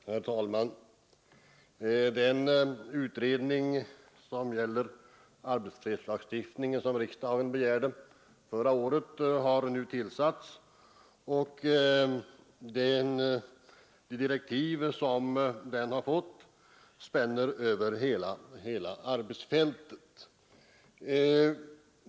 Herr talman! Den utredning om arbetsfredslagstiftningen som riksdagen begärde förra året har nu tillsatts, och de direktiv som den har fått spänner över hela arbets tet.